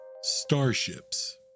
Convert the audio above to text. starships